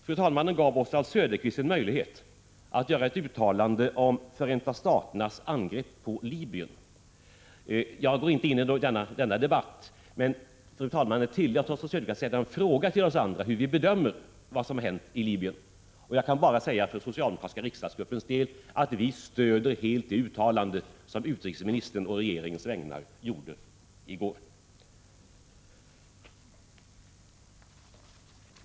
Fru talmannen gav Oswald Söderqvist en möjlighet att göra ett uttalande om Förenta Staternas angrepp på Libyen. Jag går inte in i den debatten, men fru talmannen tillät Oswald Söderqvist att ställa en fråga till oss andra, hur vi bedömer vad som hänt i Libyen. Jag kan bara säga för den socialdemokratiska riksdagsgruppens del att den stödjer helt det uttalande som utrikesministern å regeringens vägnar gjorde i går.